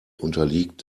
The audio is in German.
unterliegt